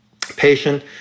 patient